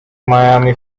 miami